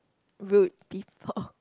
rude people